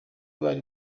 bari